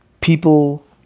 People